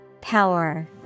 Power